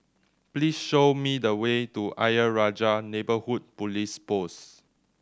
please show me the way to Ayer Rajah Neighbourhood Police Post